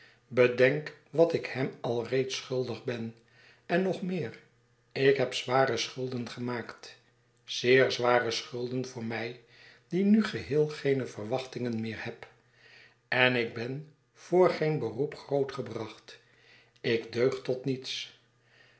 bedenk wat ik hem alreeds schuldig ben en nog meer ik heb zware schulden gemaakt zeer zware schulden voor mij die nu geheel geene verwachtingen meer heb en ik ben voor geen beroep groot gebracht ik deug tot niets